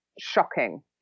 shocking